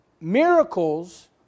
miracles